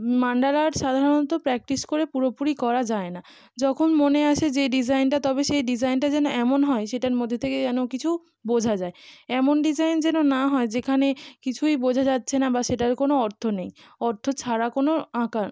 মান্ডালার art সাধারণত practice করে পুরোপুরি করা যায় না যখন মনে আসে যে ডিজাইনটা তবে সেই ডিজাইনটা যেন এমন হয় সেটার মধ্যে থেকে যেন কিছু বোঝা যায় এমন ডিজাইন যেন না হয় যেখানে কিছুই বোঝা যাচ্ছে না বা সেটার কোনো অর্থ নেই অর্থ ছাড়া কোনো আঁকা